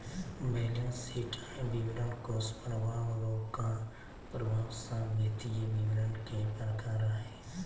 balance sheet, आय विवरण, कोष परवाह, रोकड़ परवाह सब वित्तीय विवरण के प्रकार हय